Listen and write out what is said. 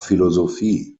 philosophie